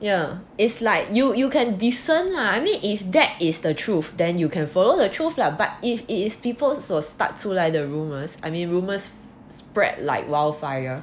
yeah it's like you you can decent lah I mean if that is the truth then you can follow the truth lah but if it is people s~ start 出来: chu lai the rumours I mean rumours spread like wildfire